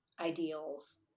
ideals